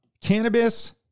cannabis